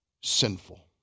sinful